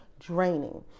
Draining